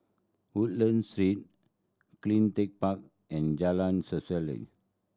Woodlands Street Cleantech Park and Jalan